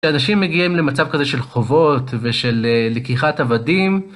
כשאנשים מגיעים למצב כזה של חובות ושל לקיחת עבדים...